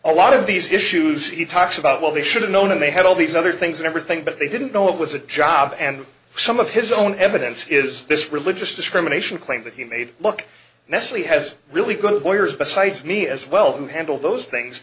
a lot of these issues he talks about well he should have known and they had all these other things and everything but they didn't know it was a job and some of his own evidence is this religious discrimination claim that he made look nestle has really good lawyers besides me as well who handle those things